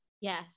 Yes